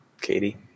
Katie